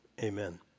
Amen